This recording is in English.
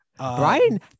Brian